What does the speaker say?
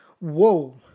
Whoa